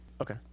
Okay